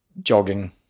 jogging